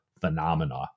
phenomena